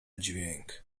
dźwięk